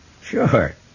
Sure